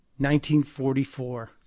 1944